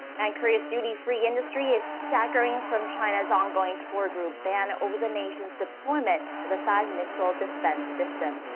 and korea's duty free industry is staggering from china's ongoing tour group ban over the nation's deployment of the thaad missile defense system.